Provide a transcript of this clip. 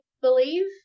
believe